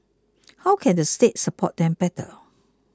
how can the state support them better